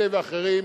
אלה ואחרים,